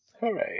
Hooray